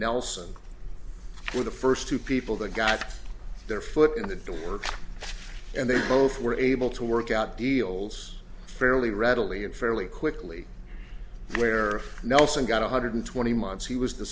nelson were the first two people that got their foot in the door and they both were able to work out deals fairly readily and fairly quickly where nelson got one hundred twenty months he was the